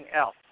else